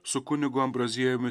su kunigu ambraziejumi